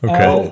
Okay